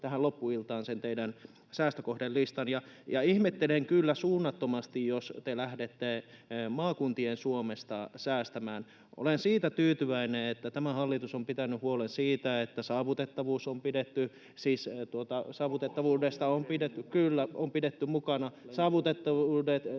tähän loppuiltaan sen teidän säästökohdelistan. Ja ihmettelen kyllä suunnattomasti, jos te lähdette maakuntien Suomesta säästämään. Olen siitä tyytyväinen, että tämä hallitus on pitänyt huolen siitä, että saavutettavuudesta on pidetty... [Välihuuto eduskunnasta]